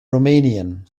romanian